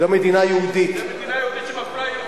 זאת מדינה יהודית שמפלה יהודים.